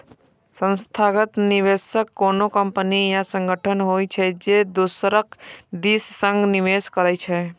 संस्थागत निवेशक कोनो कंपनी या संगठन होइ छै, जे दोसरक दिस सं निवेश करै छै